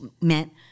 meant